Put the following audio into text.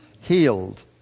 healed